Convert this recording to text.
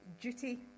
duty